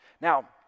now